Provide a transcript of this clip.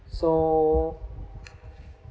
so